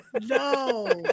no